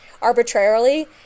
arbitrarily